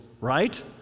right